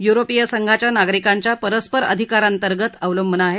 युरोपीय संघाच्या नागरिकांच्या परस्पर अधिकारांतर्गत अवलंबून आहे